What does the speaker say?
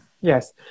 yes